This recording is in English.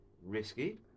Risky